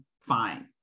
fine